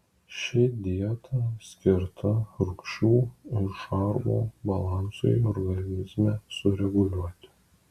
ši dieta skirta rūgščių ir šarmų balansui organizme sureguliuoti